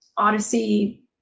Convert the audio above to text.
Odyssey